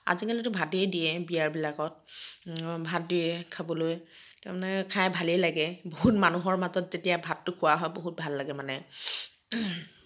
আজিকালিতো ভাতেই দিয়ে বিয়াবিলাকত ভাত দিয়ে খাবলৈ তাৰমানে খাই ভালেই লাগে বহুত মানুহৰ মাজত যেতিয়া ভাতটো খোৱা হয় বহুত ভাল লাগে মানে